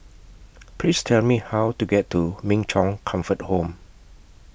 Please Tell Me How to get to Min Chong Comfort Home